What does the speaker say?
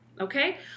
Okay